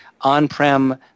on-prem